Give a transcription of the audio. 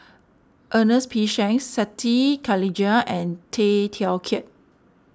Ernest P Shanks Siti Khalijah and Tay Teow Kiat